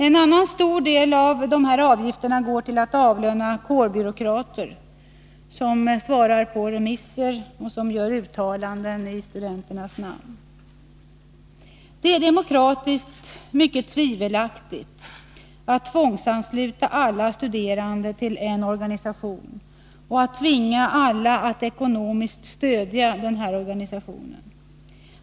En annan stor del av dessa avgifter går till att avlöna kårbyråkrater, som svarar på remisser och gör uttalanden i studenternas namn. Det är demokratiskt mycket tvivelaktigt att tvångsansluta alla studerande till en organisation och att tvinga alla att ekonomiskt stödja denna organisation.